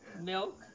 Milk